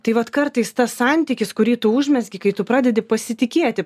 tai vat kartais tas santykis kurį tu užmezgi kai tu pradedi pasitikėti